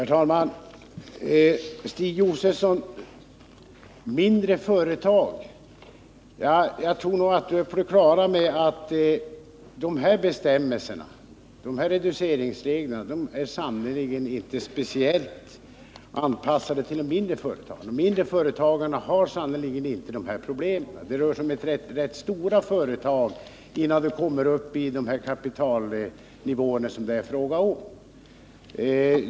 Herr talman! När det gäller mindre företag tror jag nog att Stig Josefson är på det klara med att dessa reduceringsregler sannerligen inte är speciellt anpassade till dem. De mindre företagarna har inte dessa problem, utan det rör sig om rätt stora företag som kommer upp i de kapitalnivåer som det här är fråga om.